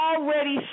already